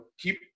keep